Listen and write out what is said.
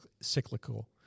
cyclical